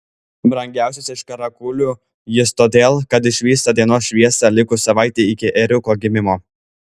brangiausias iš karakulių jis todėl kad išvysta dienos šviesą likus savaitei iki ėriuko gimimo